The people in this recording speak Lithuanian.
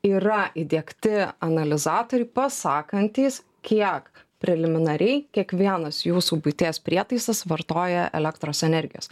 yra įdiegti analizatoriai pasakantys kiek preliminariai kiekvienas jūsų buities prietaisas vartoja elektros energijos